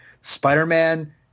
Spider-Man